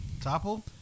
Topple